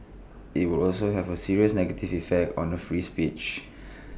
IT would also have A serious negative effect on free speech